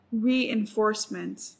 reinforcement